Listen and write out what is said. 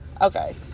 Okay